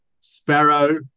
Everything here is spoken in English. Sparrow